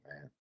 man